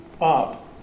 up